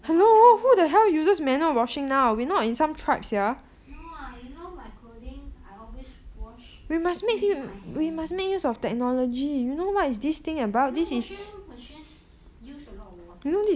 uses hand wash no ah you know my clothing I always wash using my hand you know washing machines uses a lot of water